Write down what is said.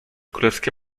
królewskie